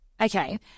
Okay